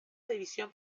división